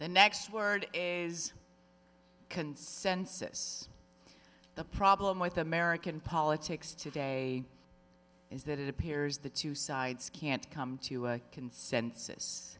the next word is consensus the problem with american politics today is that it appears the two sides can't come to a consensus